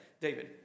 David